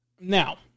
Now